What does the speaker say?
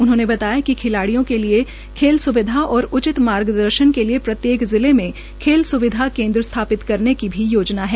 उन्होंने बताया कि खिलाडियों के लिए खेल स्विधा और उचित मार्गदर्शन के लिए प्रत्येक जिले मे खेल स्विधा केन्द्र स्थापित करने की भी योजना है